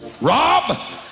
Rob